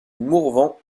mourvenc